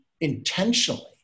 intentionally